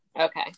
Okay